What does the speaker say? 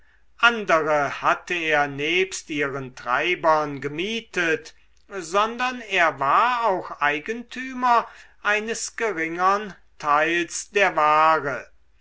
andere hatte er nebst ihren treibern gemietet sondern er war auch eigentümer eines geringern teils der ware